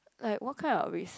like what kind of risk